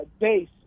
base